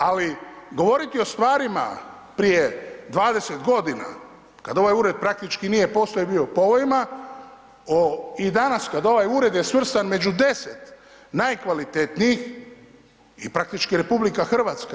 Ali govoriti o stvarima prije 20 godina kad ovaj ured praktički nije postojao jer je bio u povojima i danas kad ovaj ured je svrstan među 10 najkvalitetnijih i praktički RH.